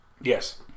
yes